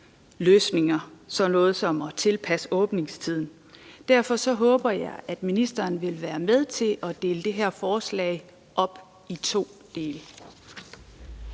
løsninger – sådan noget som at tilpasse åbningstiden. Derfor håber jeg, at ministeren vil være med til at dele det her forslag op i to dele.